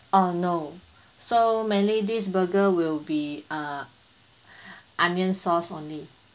uh no so mainly this burger will be err onion sauce only